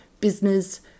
business